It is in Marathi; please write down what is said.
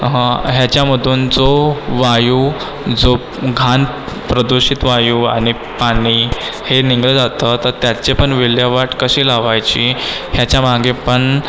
ह्याच्यामधून जो वायू जो घाण प्रदूषित वायू आणि पाणी हे निघालं जातं तर त्याचीपण विल्हेवाट कशी लावायची ह्याच्या मागेपण